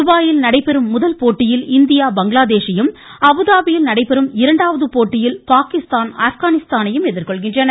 துபாயில் நடைபெறும் முதல் போட்டியில் இந்தியா பங்களாதேஷையும் அபுதாபியில் நடைபெறும் போட்டியில் பாகிஸ்தான் ஆப்கானிஸ்தானையும் எதிர்கொள்கின்றன